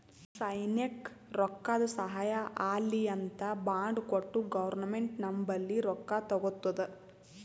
ಸೈನ್ಯಕ್ ರೊಕ್ಕಾದು ಸಹಾಯ ಆಲ್ಲಿ ಅಂತ್ ಬಾಂಡ್ ಕೊಟ್ಟು ಗೌರ್ಮೆಂಟ್ ನಂಬಲ್ಲಿ ರೊಕ್ಕಾ ತಗೊತ್ತುದ